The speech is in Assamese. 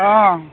অঁ